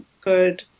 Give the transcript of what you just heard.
good